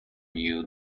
you